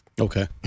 Okay